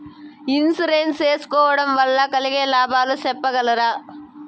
Insurance సేసుకోవడం వల్ల కలిగే లాభాలు సెప్పగలరా?